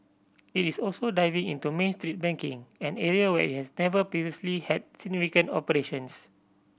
it is also diving into Main Street banking an area where it has never previously had significant operations